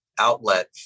outlet